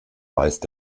weist